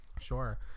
Sure